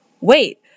wait